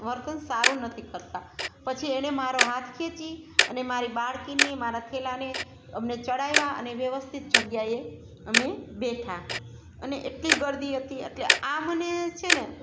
વર્તન સારું નથી કરતા પછી એણે મારો હાથ ખેંચી અને મારી બાળકીને મારા થેલાને અમને ચડાવ્યા અને વ્યવસ્થિત જગ્યાએ અમે બેઠાં અને એટલી ગીરદી હતી એટલે આ મને છે ને